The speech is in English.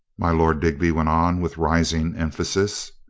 my lord digby went on with rising emphasis,